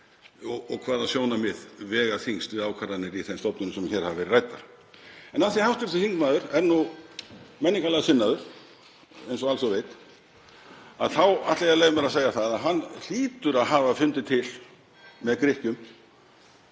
og hvaða sjónarmið vega þyngst við ákvarðanir í þeim stofnunum sem hafa verið ræddar. En af því að hv. þingmaður er nú menningarlega sinnaður, eins og alþjóð veit, ætla ég að leyfa mér að segja að hann hlýtur að hafa fundið til með Grikkjum